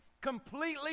completely